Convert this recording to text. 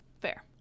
Fair